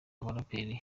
abaraperi